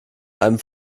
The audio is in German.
einem